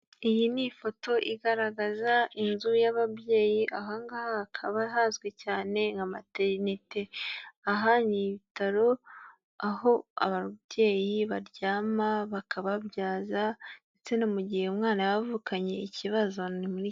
Iyi ni ifoto igaragaza inzu y'ababyeyi aha ngaha hakaba hazwi cyane nka materinete. Aha ni ibitaro aho ababyeyi baryama bakababyaza ndetse no mu gihe umwana yaba avukanye ikibazo.